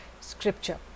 Scripture